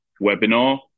webinar